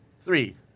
Three